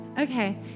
Okay